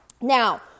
Now